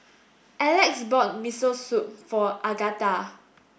Elex bought Miso Soup for Agatha